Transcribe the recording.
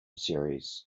series